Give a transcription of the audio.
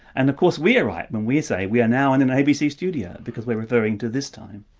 and of course we are right when we say we are now in an abc studio, because we're referring to this time.